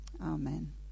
amen